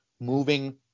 moving